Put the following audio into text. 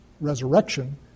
resurrection